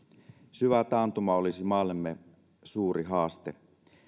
syvä taantuma olisi maallemme suuri haaste